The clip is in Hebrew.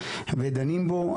ודנים בו,